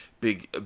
big